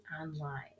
online